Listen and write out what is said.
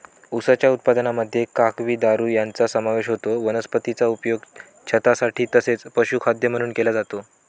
उसाच्या उत्पादनामध्ये काकवी, दारू यांचा समावेश होतो वनस्पतीचा उपयोग छतासाठी तसेच पशुखाद्य म्हणून केला जातो